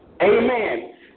Amen